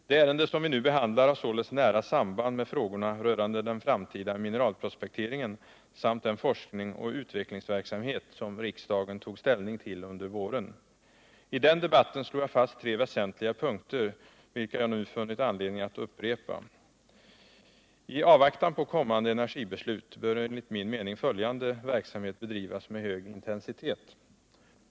Det ärende som vi nu behandlar har således nära samband med frågorna rörande den framtida mineralprospekteringen samt den forskningsoch utvecklingsverksamhet som riksdagen tog ställning till under våren. I den debatten slog jag fast tre väsentliga punkter, vilka jag nu funnit anledning att upprepa. I avvaktan på kommande energibeslut bör enligt min mening följande verksamhet bedrivas med hög intensitet: 1.